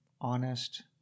honest